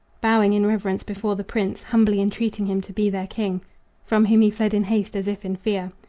bowing in reverence before the prince, humbly entreating him to be their king from whom he fled in haste as if in fear.